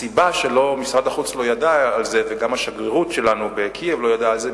הסיבה שמשרד החוץ לא ידע על זה וגם השגרירות שלנו בקייב לא ידעה על זה,